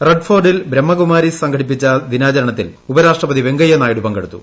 റെഡ്ഫോർഡിൽ ബ്രഹ്മകുമാരീസ് സംഘടിപ്പിച്ച ദിനാചരണത്തിൽ ഉപരാഷ്ട്രപതി വെങ്കയു നായിഡു പങ്കെടുത്തു